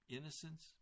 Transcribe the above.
Innocence